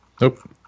Nope